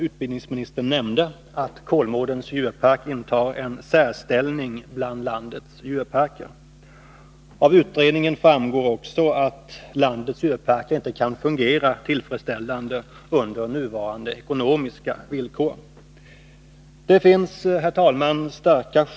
Utbildningsdepartementets kartläggning av frågan visade att landets djurparker inte kan fungera tillfredsställande under nuvarande ekonomiska villkor.